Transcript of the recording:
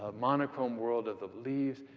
ah monochrome world of the leaves,